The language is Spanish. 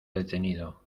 detenido